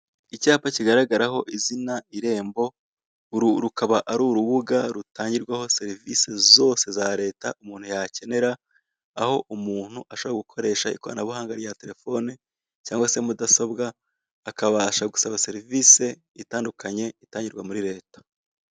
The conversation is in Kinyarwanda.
Icyapa kigaragaraho izina irembo. Uru rukaba ari urubuga rutangirwaho serivisi zose za leta umuntu yakenera, aho umuntu ashobora gukoresha ikoranabuhanga rya telefoni cyangwa se mudasobwa, akabasha gusaba serivisi itandukanye itangirwa muri leta.